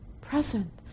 present